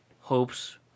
hopes